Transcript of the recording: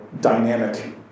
dynamic